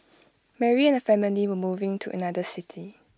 Mary and her family were moving to another city